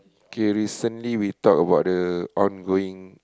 okay recently we talk about the ongoing